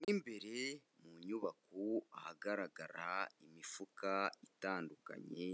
Mo imbere mu nyubako ahagaragara imifuka itandukanye,